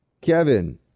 Kevin